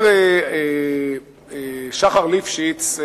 שחר ליפשיץ,